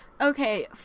okay